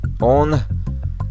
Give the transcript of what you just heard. on